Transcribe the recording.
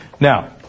Now